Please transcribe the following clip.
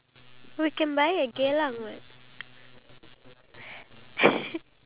take care of all these wild animals in H_D_B flats